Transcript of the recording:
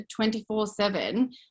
24/7